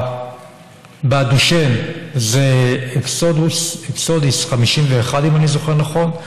בדושן זה אקסונדיס 51, אם אני זוכר נכון,